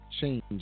Change